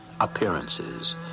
Appearances